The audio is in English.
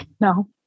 No